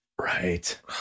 Right